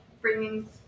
bringing